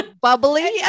bubbly